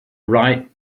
write